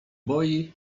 boi